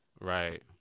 Right